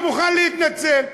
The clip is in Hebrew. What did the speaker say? אני מוכן להתנצל.